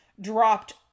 dropped